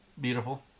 Beautiful